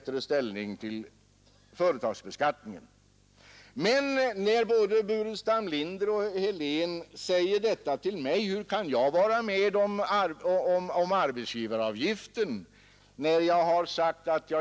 Jag skall tillåta mig att erinra om vad detta betyder. Alla som har upp till 21 000 kronor i inkomst får om de har ett barn 3 300 kronor per år.